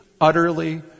utterly